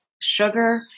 sugar